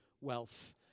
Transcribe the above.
wealth